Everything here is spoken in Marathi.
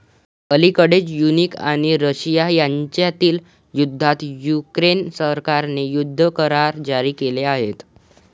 अलिकडेच युक्रेन आणि रशिया यांच्यातील युद्धात युक्रेन सरकारने युद्ध करार जारी केले आहेत